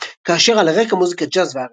כאשר "על רקע מוזיקת ג'אז ו- R&B,